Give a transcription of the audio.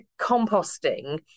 composting